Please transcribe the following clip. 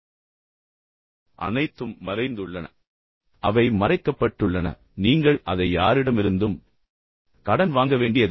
எனவே அவை மறைக்கப்பட்டுள்ளன அவை மறைக்கப்பட்டுள்ளன நீங்கள் அதை யாரிடமிருந்தும் கடன் வாங்க வேண்டியதில்லை